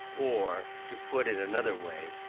or, to put it another way,